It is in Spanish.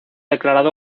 declarado